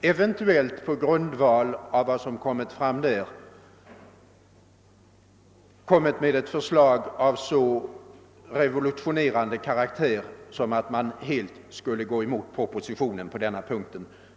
eventuellt, på grundval av vad som kommit fram där, hade lagt fram ett förslag av så revolutionerande karaktär som att man helt skulle gå emot propositionen på denna punkt.